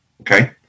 okay